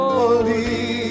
holy